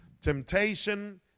Temptation